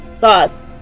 thoughts